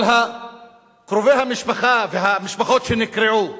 על קרובי המשפחה והמשפחות שנקרעו,